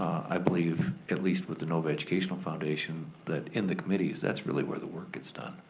i believe, at least with the novi educational foundation, that in the committees, that's really where the work gets done.